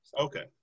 Okay